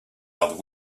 other